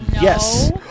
Yes